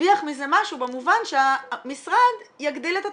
נרוויח מזה משהו במובן שהמשרד יגדיל את התקציב.